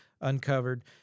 uncovered